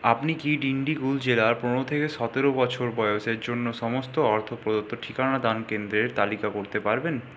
আপনি কি ডিন্ডিগুল জেলার পনেরো থেকে সতেরো বছর বয়সের জন্য সমস্ত অর্থ প্রদত্ত ঠিকানাদান কেন্দ্রের তালিকা করতে পারবেন